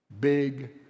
big